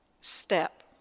step